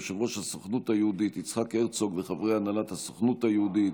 יושב-ראש הסוכנות היהודית יצחק הרצוג וחברי הנהלת הסוכנות היהודית,